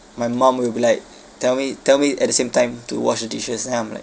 my mum will be like tell me tell me at the same time to wash the dishes then I'm like